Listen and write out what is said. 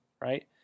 right